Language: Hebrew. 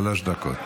שלוש דקות.